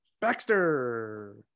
Baxter